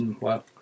Wow